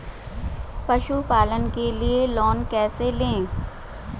पशुपालन के लिए लोन कैसे लें?